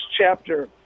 chapter